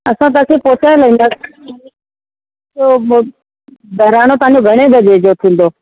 असां तव्हां खे पहुचाए वेंदासीं पोइ ॿहिराणो तव्हां जो घणे वजे जो थींदो